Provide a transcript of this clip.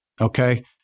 okay